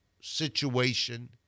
situation